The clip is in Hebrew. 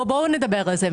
בוא נדבר על זה.